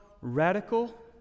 radical